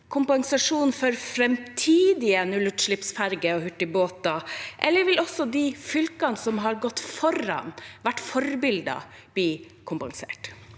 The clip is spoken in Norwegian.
kompensasjon for framtidige nullutslippsferjer og nullutslippshurtigbåter, eller vil også de fylkene som har gått foran og vært forbilder, bli kompensert?